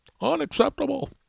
Unacceptable